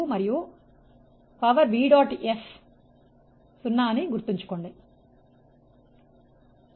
work done by electric fieldE